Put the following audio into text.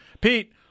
Pete